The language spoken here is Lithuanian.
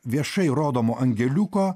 viešai rodomo angeliuko